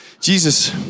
Jesus